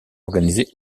organisé